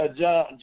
John